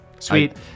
Sweet